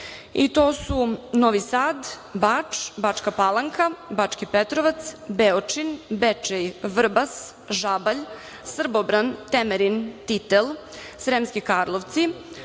i to su Novi Sad, Bač, Bačka Palanka, Bački Petrovac, Beočin, Bečej, Vrbas, Žabalj, Srbobran, Temerin, Titel, Sremski Karlovci,